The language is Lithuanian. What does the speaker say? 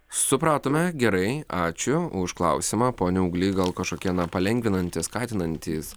supratome gerai ačiū už klausimą pone auglį gal kažkokie na palengvinantys skatinantys